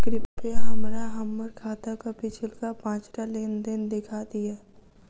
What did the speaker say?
कृपया हमरा हम्मर खाताक पिछुलका पाँचटा लेन देन देखा दियऽ